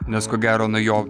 nes ko gero nuo jo